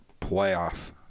playoff